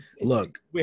look